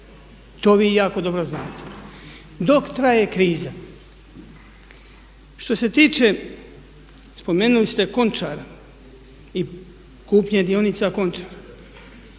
To vi jako dobro znate, dok traje kriza. Što se tiče spomenuli ste Konačara, i kupnje dionica Končara